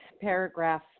paragraph